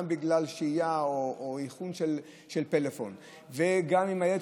גם בגלל שהייה או איכון של פלאפון וגם אם הילד